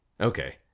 Okay